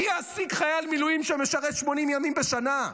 מי יעסיק חייל מילואים שמשרת 80 ימים בשנה?